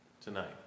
tonight